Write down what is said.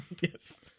Yes